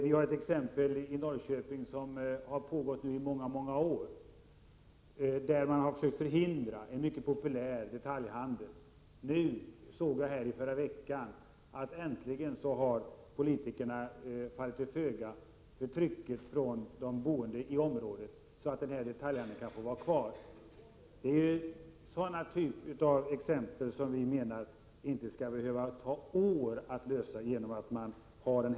I Norrköping finns ett sådant exempel. Det har pågått i många år. Man har försökt förhindra en mycket populär detaljhandel. I förra veckan såg jag att politikerna äntligen hade fallit till föga för trycket från de boende i området, så att denna detaljhandel kan få vara kvar. Det skall inte behöva ta år att avgöra den typen av ärenden.